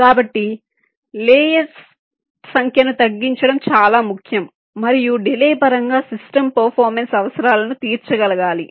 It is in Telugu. కాబట్టి లేయర్స్ సంఖ్యను తగ్గించడం చాలా ముఖ్యం మరియు డిలే పరంగా సిస్టమ్ పెర్ఫార్మన్స్ అవసరాలను తీర్చగలగాలి